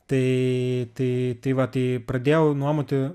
tai tai tai va tai pradėjau nuomoti